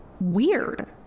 weird